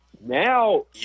Now